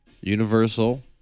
universal